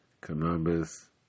Columbus